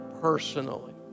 personally